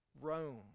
Rome